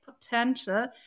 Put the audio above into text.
potential